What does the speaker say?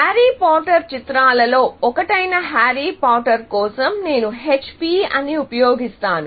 Harry Potter చిత్రాలలో ఒకటైన Harry Potter కోసం నేను HP ని ఉపయోగిస్తాను